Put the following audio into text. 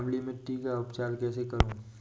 अम्लीय मिट्टी का उपचार कैसे करूँ?